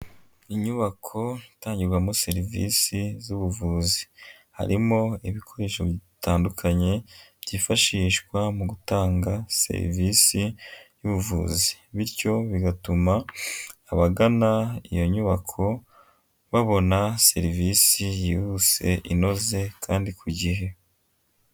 Inyubako itangirwamo serivisi z'ubuvuzi. Harimo ibikoresho bitandukanye byifashishwa mu gutanga serivisi y'ubuvuzi bityo bigatuma abagana iyo nyubako babona serivisi yihuse inoze kandi ku gihe.